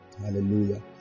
hallelujah